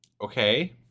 Okay